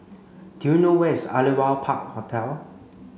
do you know where is Aliwal Park Hotel